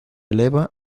eleva